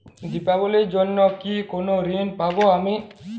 দীপাবলির জন্য কি কোনো ঋণ পাবো আমি?